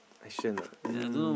action ah um